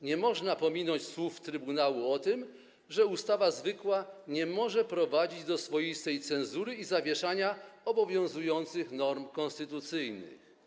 Nie można pominąć słów trybunału o tym, że ustawa zwykła nie może prowadzić do swoistej cenzury i zawieszania obowiązujących norm konstytucyjnych.